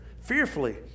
fearfully